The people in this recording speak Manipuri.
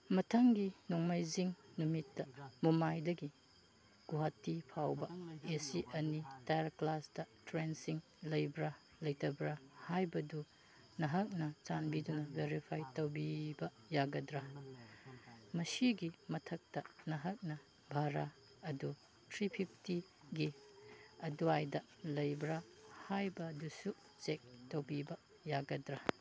ꯃꯊꯪꯒꯤ ꯅꯣꯡꯃꯥꯏꯖꯤꯡ ꯅꯨꯃꯤꯠꯇ ꯃꯨꯝꯕꯥꯏꯗꯒꯤ ꯒꯨꯍꯥꯇꯤ ꯐꯥꯎꯕ ꯑꯦ ꯁꯤ ꯑꯅꯤ ꯇꯌꯔ ꯀ꯭ꯂꯥꯁꯇ ꯇ꯭ꯔꯦꯟꯁꯤꯡ ꯂꯩꯕ꯭ꯔꯥ ꯂꯩꯇꯕ꯭ꯔꯥ ꯍꯥꯏꯕꯗꯨ ꯅꯍꯥꯛꯅ ꯆꯥꯟꯕꯤꯗꯨꯅ ꯚꯦꯔꯤꯐꯥꯏ ꯇꯧꯕꯤꯕ ꯌꯥꯒꯗ꯭ꯔꯥ ꯃꯁꯤꯒꯤ ꯃꯊꯛꯇ ꯅꯍꯥꯛꯅ ꯚꯔꯥ ꯑꯗꯨ ꯊ꯭ꯔꯤ ꯐꯤꯞꯇꯤꯒꯤ ꯑꯗ꯭ꯋꯥꯏꯗ ꯂꯩꯕ꯭ꯔꯥ ꯍꯥꯏꯕꯗꯨꯁꯨ ꯆꯦꯛ ꯇꯧꯕꯤꯕ ꯌꯥꯒꯗ꯭ꯔꯥ